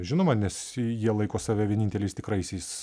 žinoma nes jie laiko save vieninteliais tikraisiais